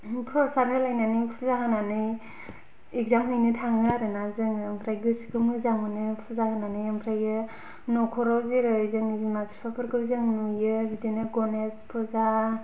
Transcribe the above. प्रसाद होलायनानै फुजा होनानै इकजाम हैनो थाङो आरोना जोङो ओमफ्राय गोसोखो मोजां मोनो फुजा होनानै ओमफ्रायो नखराव जेरै जोंनि बिमा फिफाफोरखौ नुयो बिदिनो गनेस फुजा